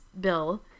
bill